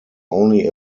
only